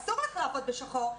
אסור לך לעבוד בשחור.